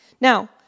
Now